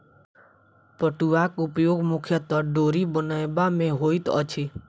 पटुआक उपयोग मुख्यतः डोरी बनयबा मे होइत अछि